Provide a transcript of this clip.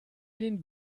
den